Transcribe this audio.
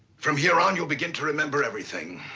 from here on, you'll begin to remember everything.